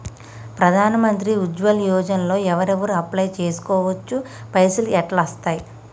ప్రధాన మంత్రి ఉజ్వల్ యోజన లో ఎవరెవరు అప్లయ్ చేస్కోవచ్చు? పైసల్ ఎట్లస్తయి?